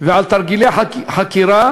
ועל תרגילי חקירה,